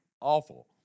awful